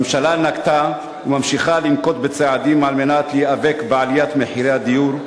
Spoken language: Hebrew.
הממשלה נקטה וממשיכה לנקוט צעדים על מנת להיאבק בעליית מחירי הדיור,